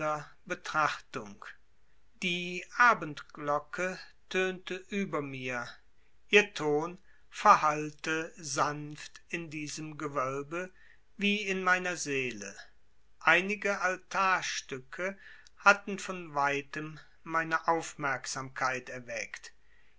betrachtung die abendglocke tönte über mir ihr ton verhallte sanft in diesem gewölbe wie in meiner seele einige altarstücke hatten von weitem meine aufmerksamkeit erweckt